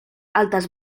altas